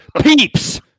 peeps